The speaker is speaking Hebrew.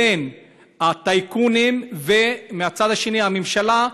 לבין הטייקונים, ומהצד השני הממשלה,